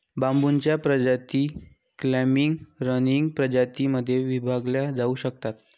बांबूच्या प्रजाती clumping, running प्रजातीं मध्ये विभागल्या जाऊ शकतात